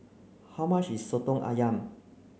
how much is Soto Ayam